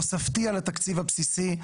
תוספתי על התקציב הבסיסי,